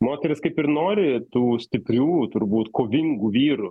moterys kaip ir nori tų stiprių turbūt kovingų vyrų